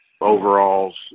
overalls